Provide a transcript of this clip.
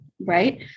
right